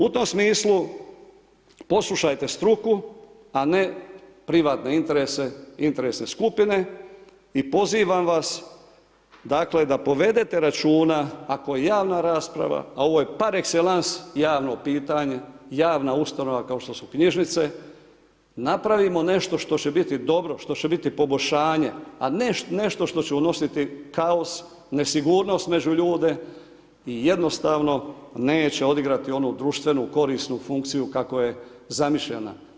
U tom smislu poslušajte struku, a ne privatne interese, interesne skupine i pozivam vas da povedete računa, ako javna rasprava, a ovo je par excellence javno pitanje javna ustanova, kao što su knjižnice, napravimo nešto što će biti dobro, što će biti poboljšanje, a ne nešto što će unositi kaos, nesigurnost među ljude i jednostavno neće odigrati onu društvenu, korisnu funkciju kako je zamišljena.